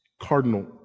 cardinal